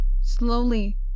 Slowly